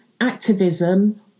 activism